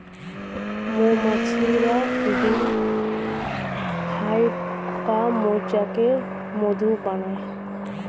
মৌমাছিরা bee hive বা মৌচাকে মধু বানায়